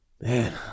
man